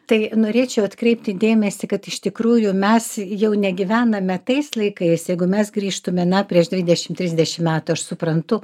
tai norėčiau atkreipti dėmesį kad iš tikrųjų mes jau negyvename tais laikais jeigu mes grįžtume na prieš dvidešim trisdešim metų aš suprantu